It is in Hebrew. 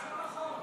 ממש לא נכון.